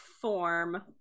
form